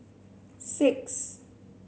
six